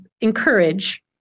encourage